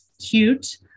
cute